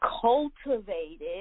cultivated